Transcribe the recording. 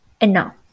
enough